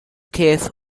case